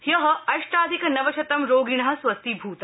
ह्य अष्टाधिक नवशतं रोगिण स्वस्थीभूता